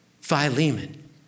Philemon